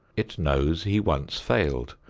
it knows he once failed.